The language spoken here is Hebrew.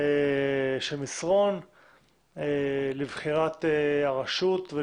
של מסרון לבחירת הרשות.